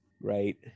right